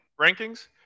rankings